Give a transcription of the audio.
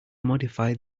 modify